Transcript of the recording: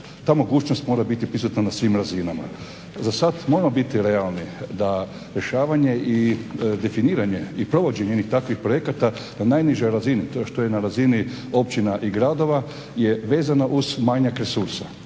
ta mogućnost mora biti prisutna na svim razinama. Zasad moramo biti realni da rješavanje i definiranje i provođenje jednih takvih projekata na najnižoj razini, to što je na razini općina i gradova, je vezano uz manjak resursa.